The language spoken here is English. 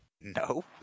No